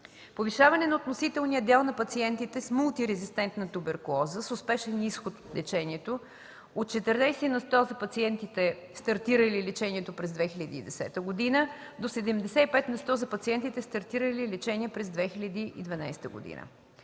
повишаване на относителния дял на пациентите с мултирезистентна туберкулоза с успешен изход от лечението от 40 на сто за пациентите стартирали лечение през 2010 г. до 75 на сто за пациентите стартирали лечение през 2012 г.